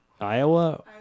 iowa